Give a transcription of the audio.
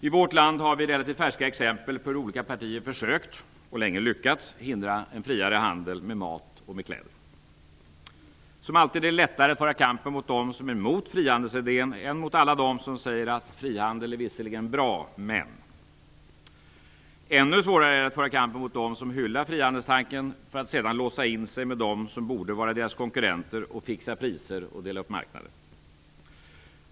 I vårt land har vi relativt färska exempel på hur olika partier försökt - och länge lyckats - hindra en friare handel med mat och kläder. Som alltid är det lättare att föra kampen mot dem som är emot frihandelsidén än mot alla dem som säger att frihandel visserligen är bra, men... Ännu svårare är det att föra kampen mot dem som hyllar frihandelstanken för att sedan låsa in sig med dem som borde vara deras konkurrenter och fixa priser och dela upp marknader.